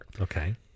okay